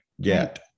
get